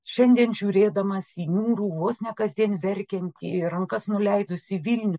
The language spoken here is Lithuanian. šiandien žiūrėdamas į niūrų vos ne kasdien verkiantį į rankas nuleidusį vilnių